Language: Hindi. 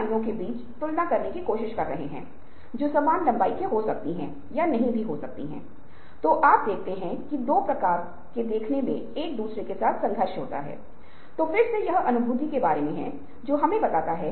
2 परीक्षण हैं बहुत पहले 1967 और 1980 में इस परीक्षण को गिलफोर्ड द्वारा विकसित किया गया था जिसे वैकल्पिक उपयोग परीक्षण कहा जाता है